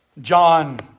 John